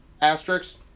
asterisks